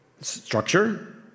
structure